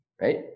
right